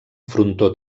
frontó